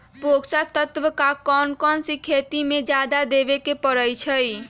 पोषक तत्व क कौन कौन खेती म जादा देवे क परईछी?